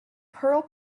pearl